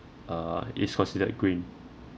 uh is considered green